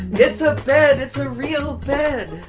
it's a bed. it's a real bed.